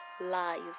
lies